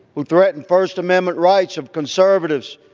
who threaten first amendment rights of conservatives,